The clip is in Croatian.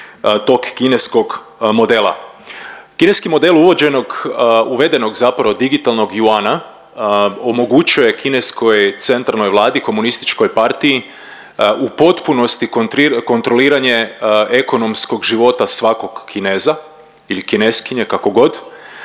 tog kineskog modela. Kineski model uvođenog, uvedenog zapravo digitalnog juana omogućuje kineskoj centralnoj vladi komunističkoj partiji u potpunosti kontroliranje ekonomskom života svakog Kineza ili Kineskinje kako god